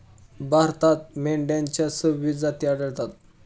भारतात मेंढ्यांच्या सव्वीस जाती आढळतात